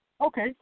Okay